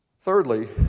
Thirdly